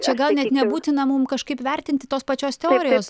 čia gal net nebūtina mum kažkaip vertinti tos pačios teorijos